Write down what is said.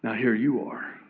here you are.